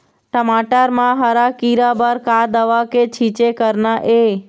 टमाटर म हरा किरा बर का दवा के छींचे करना ये?